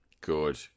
good